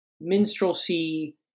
minstrelsy